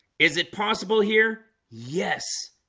is it possible here? yes